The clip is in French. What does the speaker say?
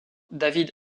david